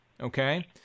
okay